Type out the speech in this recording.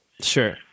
Sure